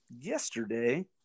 yesterday